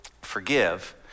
forgive